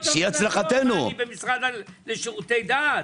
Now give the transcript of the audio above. אני במשרד לשירותי דת?